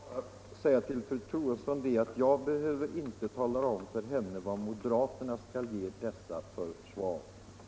Herr talman! Jag vill bara säga till fru Troedsson att jag inte behöver tala om för henne vad moderaterna skall ge dessa människor för svar.